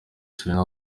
serena